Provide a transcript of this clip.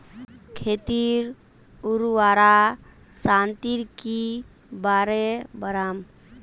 खेतीर उर्वरा शक्ति की करे बढ़ाम?